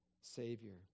Savior